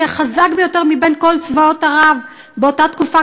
החזק ביותר מבין כל צבאות ערב באותה תקופה,